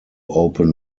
open